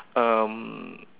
um